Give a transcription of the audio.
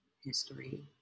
history